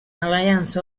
alliance